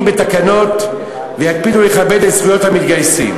בתקנות ויקפידו לכבד את זכויות המתגייסים.